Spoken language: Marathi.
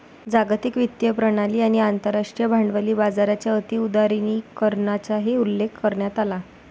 जागतिक वित्तीय प्रणाली आणि आंतरराष्ट्रीय भांडवली बाजाराच्या अति उदारीकरणाचाही उल्लेख करण्यात आला